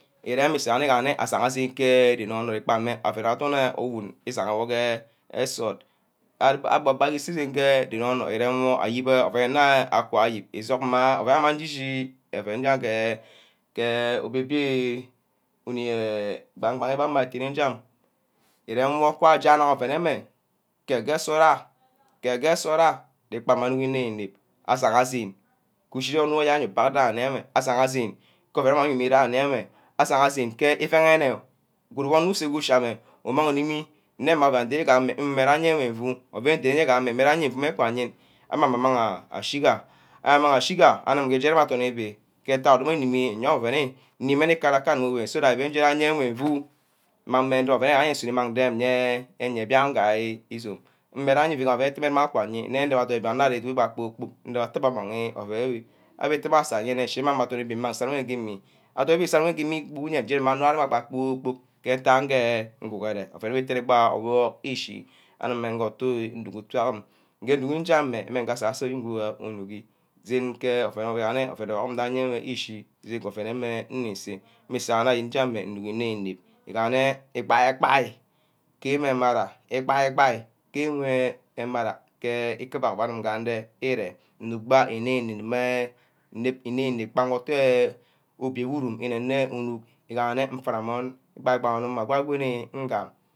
Iremi isu igaha nne yene sai ha zen ke ren onor, inkri gba nne ouen adorn ero-owund, isaha wor ke esort, abob gba iseh zen ke ren onkr iren wor ayibeh ouen nnoa gee quaa ayib, isong ma ouen nnca gee qua ayib, isong ma ohen njishi, ouen ja ke ke obio-bia ke gbang bang abbeh atene njsm, irem wor kwa aje amang ouen enwe ked ke nsortha, ke geh nsort ayo nepagga anumeh inep, asaga zen ku shi wor anor ni kpan eyea ewe, asaga zen ke ouen nidagha enye ewe, asaga zen ke iuenghere uguru wor onkr usarh ku ushi ameh, umang meh nne unineh ke ouen aye wor nfu, ouen gameh nne meh kwa nhen amang meh amanga ashiga, abbeh amang meh ashiga anim ngeae ireme adoen Ébi ke educk mmeh nimi nyea wor ouen eh, nnimi ekana-kanam owen so that mfene mfu mmang meh ndube asunor imang meh dem eh eyia biagm gabeh isume inere ayen mmeh akwa eyen nne ndumo aduni ibreast anuck meh kpor-kpork ndowo atteh meh abangi ewe, abbeh itemeh asah meh geng agemj ishina ndem ma odonibi nseh ge iri-geh ke ren imi- ankr kpor-kpork ke ntagha eh uguhurer itameh gee neeh ishi, anim meh ngeh utu, inuck utu am, nge nnuck gi nja meh, meh gwh asa sam unigi, zen ke ouem igaha nne ouen nage meh ishi, mmusu igaha nne ouen wor ngan mmeh nuseh, mmusu igahanne, ke ema-mara egbai ebai den wer emara confess ikiba obid gee ireet, nnuck bah inep-inep, eh inep-inep gbange utu obja uwuru inuck, igaha nne igbai igbahi mmeh onor mah gwoni gwoni ngam